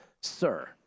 Sir